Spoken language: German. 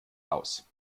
aus